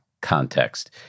context